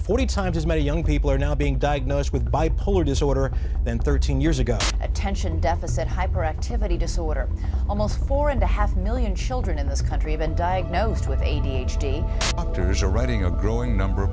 forty times as many young people are now being diagnosed with bipolar disorder than thirteen years ago attention deficit hyperactivity disorder almost four and a half million children in this country been diagnosed with others are writing a growing number of